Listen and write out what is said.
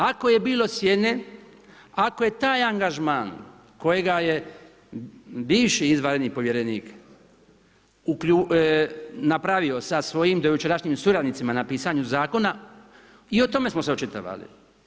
Ako je bilo sjene, ako je taj angažman kojega je bivši izvanredni povjerenik napravio sa svojim do jučerašnjim suradnicima o pisanju zakona i o tome smo se očitovali.